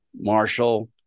Marshall